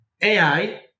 AI